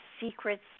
secrets